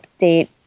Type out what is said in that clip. update